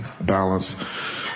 balance